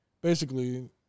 Basically-